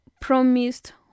promised